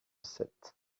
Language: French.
sète